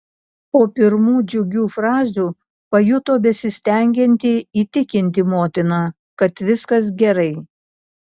po pirmų džiugių frazių pajuto besistengianti įtikinti motiną kad viskas gerai